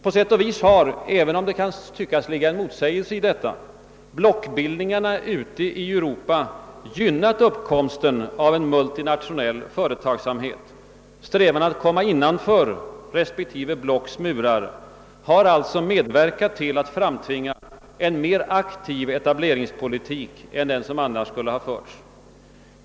På sätt och vis har — även om det kan tyckas ligga en motsägelse i detta —- blockbildningarna ute i Europa gynnat uppkomsten av en multinationell företagsamhet. Strävandena att komma innanför respektive blocks murar har medverkat till att framtvinga en mer aktiv etableringspolitik än den som annars skulle ha förts.